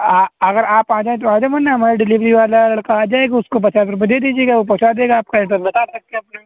آ اگر آپ آ جائیں تو آ جائیں ورنہ ہمارا ڈلیوری والا لڑکا آ جائے گا اُس کو پچاس روپیے دے دیجیے گا وہ پہنچا دے گا آپ کا ایڈریس بتا سکتے ہیں اپنا